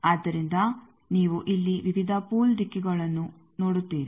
ಆದ್ದರಿಂದ ನೀವು ಇಲ್ಲಿ ವಿವಿಧ ಪೂಲ್ ದಿಕ್ಕುಗಳನ್ನು ನೋಡುತ್ತೀರಿ